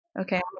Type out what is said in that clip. Okay